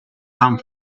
come